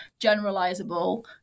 generalizable